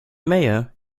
mayor